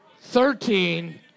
thirteen